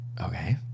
okay